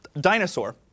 Dinosaur